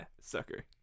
sucker